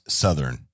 southern